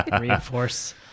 Reinforce